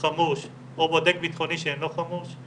חמוש או בודק בטחוני שאינו חמוש,